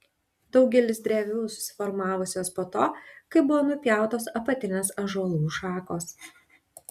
daugelis drevių susiformavusios po to kai buvo nupjautos apatinės ąžuolų šakos